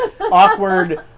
awkward